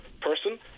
person